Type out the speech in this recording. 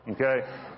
Okay